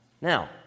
Now